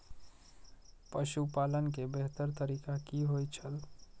पशुपालन के बेहतर तरीका की होय छल?